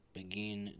Begin